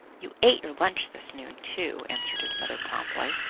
you ate your lunch this noon, too, answered his mother promptly.